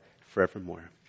forevermore